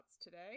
today